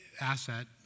asset